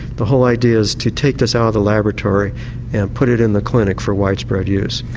the whole idea is to take this out of the laboratory and put it in the clinic for widespread use.